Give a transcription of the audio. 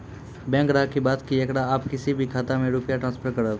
Bank ग्राहक के बात की येकरा आप किसी भी खाता मे रुपिया ट्रांसफर करबऽ?